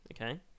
okay